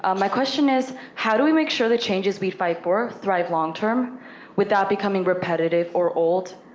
um my question is, how do we make sure the changes we fight for thrive long-term without becoming repetitive or old,